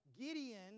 Gideon